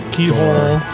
Keyhole